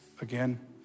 again